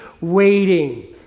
waiting